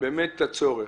את הצורך.